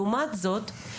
לעומת זאת,